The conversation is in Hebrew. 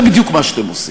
זה בדיוק מה שאתם עושים,